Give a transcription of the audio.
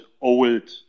old